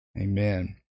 Amen